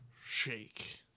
shake